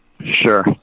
Sure